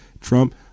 Trump